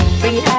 free